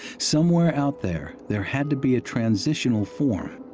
somewhere out there, there had to be a transitional form,